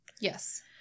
Yes